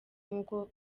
nkuko